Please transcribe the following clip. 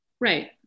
Right